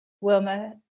Wilma